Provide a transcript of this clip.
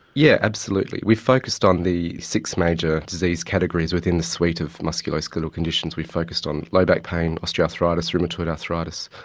yeah absolutely. we focused on the six major disease categories within the suite of musculoskeletal conditions. we focused on low back pain, osteoarthritis rheumatoid arthritis,